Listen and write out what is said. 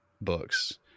books